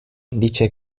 dice